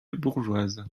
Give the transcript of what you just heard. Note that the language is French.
bourgeoise